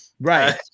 Right